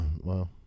Wow